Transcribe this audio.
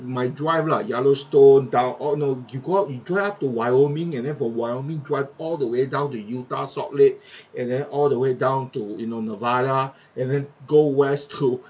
my drive lah yellowstone down uh no you go out you drive to wyoming and then from wyoming drive all the way down to utah salt lake and then all the way down to you know nevada and then go west to